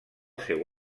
seu